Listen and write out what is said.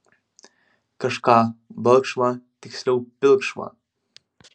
kažką balkšvą tiksliau pilkšvą